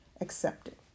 accepted